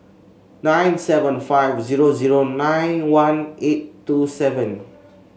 nine seven five zero zero nine one eight two seven